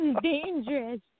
Dangerous